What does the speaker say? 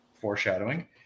foreshadowing